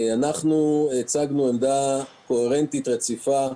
אנחנו הצגנו עמדה קוהרנטית רציפה,